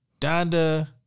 Donda